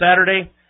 Saturday